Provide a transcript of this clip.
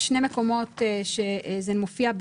יש שני מקומות שזה מופיע,